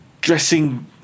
dressing